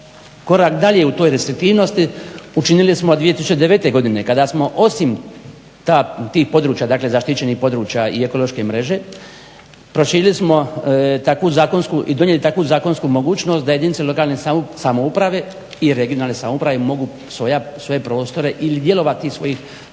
Korak dalje u toj restriktivnosti učinili smo 2009. godine kada smo osim tih područja, dakle zaštićenih područja i ekološke mreže, proširili smo takvu zakonsku i donijeli takvu zakonsku mogućnost da jedinice lokalne samouprave i regionalne samouprave mogu svoje prostore ili djelovati iz svojih